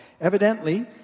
Evidently